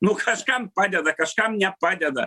nu kažkam padeda kažkam nepadeda